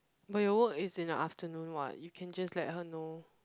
but your work is in the afternoon [what] you just can let her know